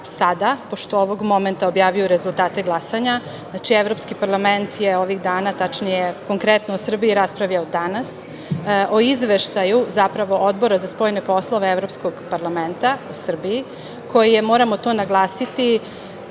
sada, pošto ovog momenta objavljuju rezultate glasanja da će Evropski parlament je ovih dana, tačnije konkretno o Srbiji raspravljaju danas o Izveštaju zapravo Odbora za spoljne poslove Evropskog parlamenta u Srbiji koji je moramo to naglasiti